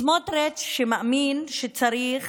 סמוטריץ', שמאמין שצריך